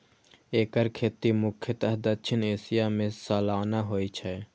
एकर खेती मुख्यतः दक्षिण एशिया मे सालाना होइ छै